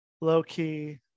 low-key